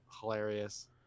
hilarious